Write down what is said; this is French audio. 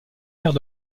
faire